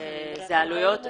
זה עלויות.